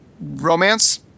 romance